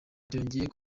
byongeye